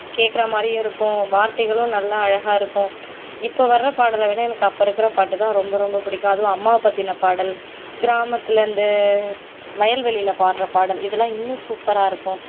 கேட்கற மாதிரியும் இருக்கும் வார்த்தைகளும் நல்லா அழகாக இருக்கும் இப்போ வர்ற பாடலை விட எனக்கு அப்போ இருக்கற பாட்டு தான் ரொம்ப ரொம்ப பிடிக்கும் அதுவும் அம்மாவை பற்றின பாடல் கிராமத்தில் இந்த வயல்வெளியில் பாட்டுற பாடல் இதெல்லாம் இன்னும் சூப்பராக இருக்கும்